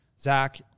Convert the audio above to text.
zach